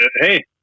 hey